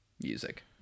music